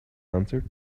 answered